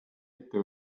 ette